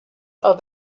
are